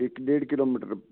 ਇੱਕ ਡੇਢ ਕਿਲੋਮੀਟਰ